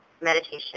meditation